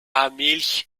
milch